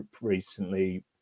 recently